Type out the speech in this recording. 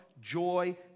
joy